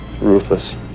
ruthless